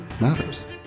matters